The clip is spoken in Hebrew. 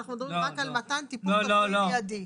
שאנחנו מדברים רק על מתן טיפול רפואי מיידי.